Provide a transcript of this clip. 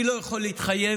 אני לא יכול להתחייב